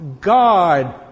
God